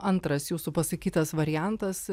antras jūsų pasakytas variantas